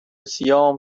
سیام